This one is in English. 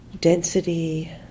density